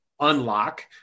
unlock